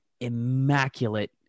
immaculate